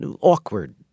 Awkward